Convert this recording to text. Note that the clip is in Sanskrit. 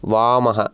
वामः